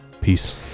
Peace